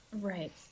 Right